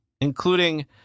including